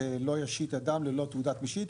זה לא יושיט אדם ללא תעודת משיט,